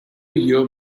hear